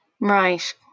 Right